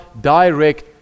direct